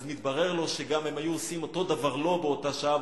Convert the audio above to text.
אז מתברר לו שהם גם היו עושים אותו הדבר לו באותה שעה,